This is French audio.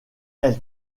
elle